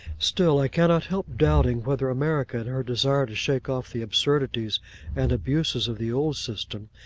still, i cannot help doubting whether america, in her desire to shake off the absurdities and abuses of the old system,